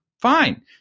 Fine